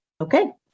Okay